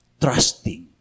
trusting